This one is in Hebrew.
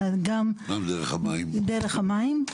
אלא גם דרך המים,